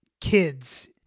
kids